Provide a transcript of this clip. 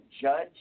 judge